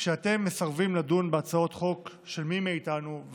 כשאתם מסרבים לדון בהצעות חוק של מי מאיתנו,